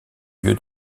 lieu